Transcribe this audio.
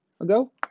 ago